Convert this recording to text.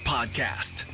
Podcast